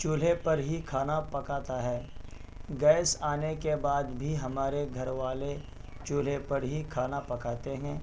چولہے پر ہی کھانا پکاتا ہے گیس آنے کے بعد بھی ہمارے گھر والے چولہے پر ہی کھانا پکاتے ہیں